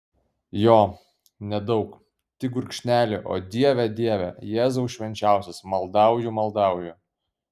jo nedaug tik gurkšnelį o dieve dieve jėzau švenčiausias maldauju maldauju